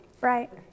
Right